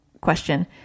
question